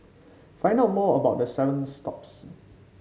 find out more about the seven stops